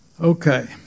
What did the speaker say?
Okay